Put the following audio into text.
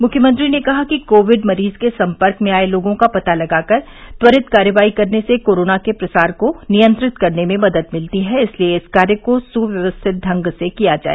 मुख्यमंत्री ने कहा कि कोविड मरीज के संपर्क में आए लोगों का पता लगाकर त्वरित कार्रवाई करने से कोरोना के प्रसार को नियंत्रित करने में मदद मिलती है इसलिए इस कार्य को सुव्यवस्थित ढंग से किया जाए